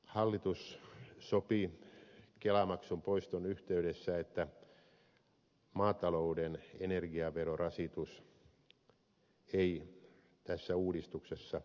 hallitus sopi kelamaksun poiston yhteydessä että maatalouden energiaverorasitus ei tässä uudistuksessa olennaisesti nouse